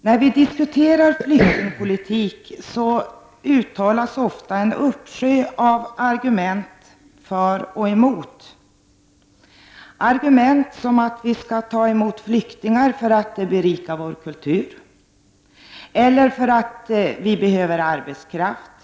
När vi diskuterar flyktingpolitik uttalas ofta en uppsjö av argument för och emot att vi skall ta emot flyktingar till vårt land, argument som att vi skall ta emot flyktingar för att det berikar vår kultur eller för att vi behöver arbetskraft.